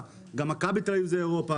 גם מכבי תל אביב זה אירופה,